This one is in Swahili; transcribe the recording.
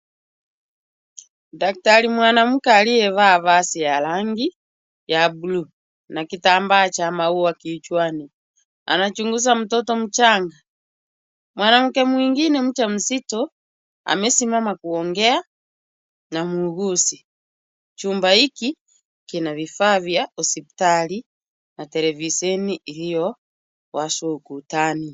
Daktari mwanamke aliyevaa vazi la rangi ya buluu na kitambaa cha maua kichwani. Anachunguza mtoto mchanga. Mwanamke mwingine mjamzito amesimama kuongea na muuguzi. Chumba hiki kina vifaa vya hospitali na televisheni iliyowashwa ukutani.